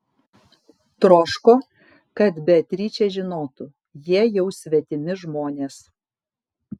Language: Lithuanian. troško kad beatričė žinotų jie jau svetimi žmonės